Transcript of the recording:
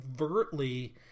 overtly